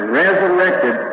resurrected